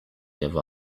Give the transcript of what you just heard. give